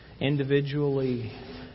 individually